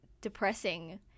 depressing